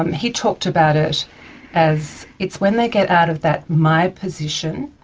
um he talked about it as, it's when they get out of that my position,